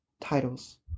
titles